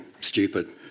stupid